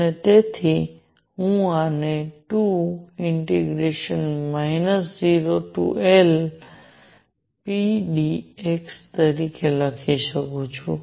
અને તેથી હું આને 20Lpdx તરીકે લખી શકું છું